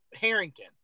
Harrington